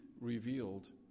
revealed